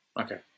Okay